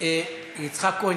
יצחק כהן,